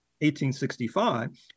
1865